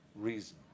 reason